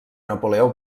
napoleó